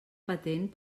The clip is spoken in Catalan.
patent